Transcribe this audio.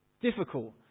difficult